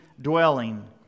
dwelling